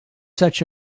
such